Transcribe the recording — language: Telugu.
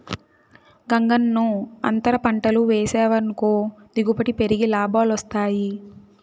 గంగన్నో, అంతర పంటలు వేసావనుకో దిగుబడి పెరిగి లాభాలొస్తాయి